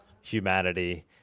humanity